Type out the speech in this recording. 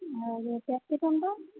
ଆଉ କ୍ଯାପ୍ସିକମ ଟା